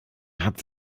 hat